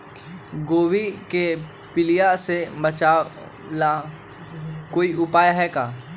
गोभी के पीलिया से बचाव ला कोई उपाय है का?